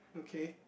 okay